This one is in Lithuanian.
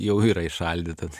jau yra įšaldyta tai